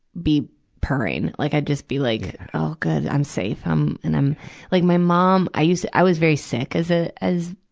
be purring. like i'd just be like, oh, good. i'm safe. um and i'm, like my mom i used to, i was very sick as a, as,